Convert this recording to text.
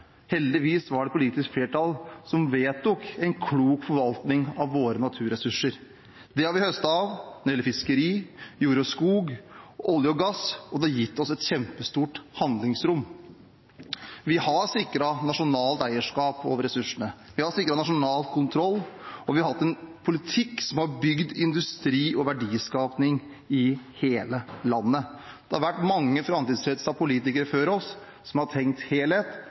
Heldigvis var det et politisk flertall som vedtok en klok forvaltning av våre naturressurser. Det har vi høstet av når det gjelder fiskeri, jord og skog, olje og gass, og det har gitt oss et kjempestort handlingsrom. Vi har sikret nasjonalt eierskap over ressursene. Vi har sikret nasjonal kontroll, og vi har hatt en politikk som har bygd industri og verdiskaping i hele landet. Det har vært mange framtidsrettede politikere før oss, som har tenkt helhet,